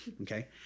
okay